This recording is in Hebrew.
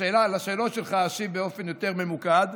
לשאלות שלך אשיב באופן יותר ממוקד.